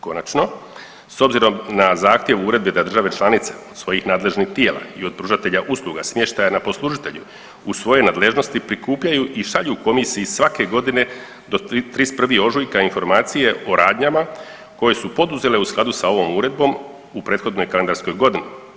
Konačno, s obzirom na zahtjev uredbe da države članice od svojih nadležnih tijela i od pružatelja usluga smještaja na poslužitelju u svojoj nadležnosti prikupljaju i šalju komisiji svake godine do 31. ožujka informacije o radnjama koje su poduzele u skladu sa ovom uredbom u prethodnoj kalendarskoj godini.